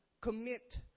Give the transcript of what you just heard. commit